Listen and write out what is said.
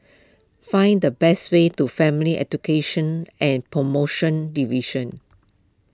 find the best way to Family Education and Promotion Division